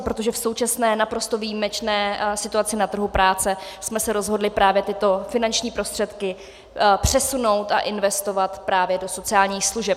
Protože v současné naprosto výjimečné situaci na trhu práce jsme se rozhodli právě tyto finanční prostředky přesunout a investovat právě do sociálních služeb.